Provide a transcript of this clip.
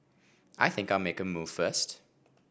I think I'll make a move first